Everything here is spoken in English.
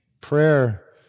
Prayer